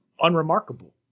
unremarkable